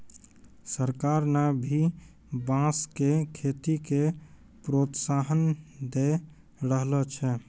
सरकार न भी बांस के खेती के प्रोत्साहन दै रहलो छै